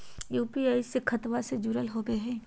UPI खतबा से जुरल होवे हय?